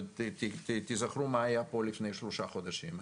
אבל תיזכרו מה היה פה לפני שלושה חודשים?